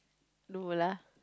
no lah